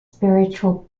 spiritual